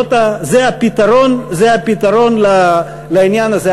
זה הפתרון לעניין הזה.